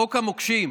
חוק המוקשים,